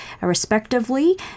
respectively